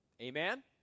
Amen